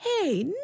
hey